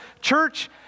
church